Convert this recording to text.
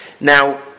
Now